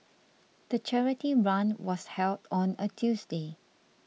the charity run was held on a Tuesday